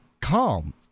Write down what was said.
calm